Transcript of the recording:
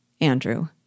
Andrew